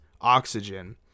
oxygen